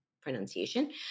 pronunciation